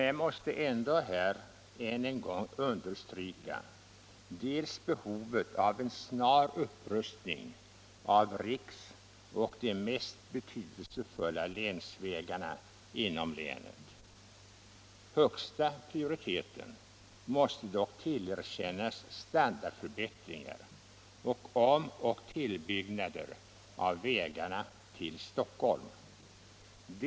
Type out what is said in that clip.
Jag måste ändå här än en gång understryka behovet av en snar upprustning av riksvägarna och de mest betydelsefulla länsvägarna inom länet. Högsta prioriteten måste dock tillerkännas standardförbättringar och om och tillbyggnader av vägarna till Stockholm.